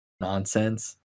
nonsense